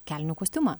kelnių kostiumą